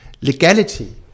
Legality